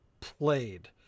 played